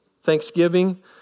Thanksgiving